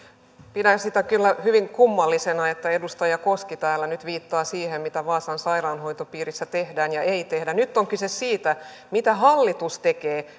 pidän sitä kyllä hyvin kummallisena että edustaja koski täällä nyt viittaa siihen mitä vaasan sairaanhoitopiirissä tehdään ja ei tehdä nyt on kyse siitä mitä hallitus tekee